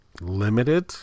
limited